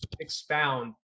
expound